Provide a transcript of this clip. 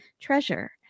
treasure